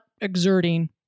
exerting